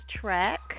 track